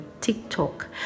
TikTok